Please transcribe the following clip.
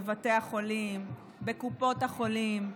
בבתי החולים, בקופות החולים,